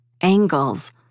angles